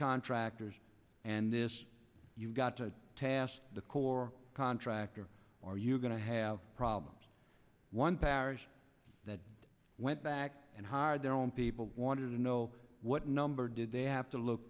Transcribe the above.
contractors and this you've got to task the corps contractor or you're going to have problems one parish that went back and hard their own people wanted to know what number did they have to look